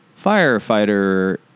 firefighter